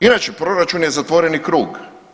Inače proračun je zatvoreni krug.